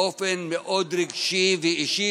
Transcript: באופן מאוד רגשי ואישי,